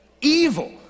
Evil